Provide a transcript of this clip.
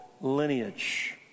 lineage